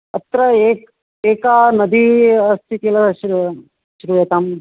अत्र एका एका नदी अस्ति किल श्रू श्रूयताम्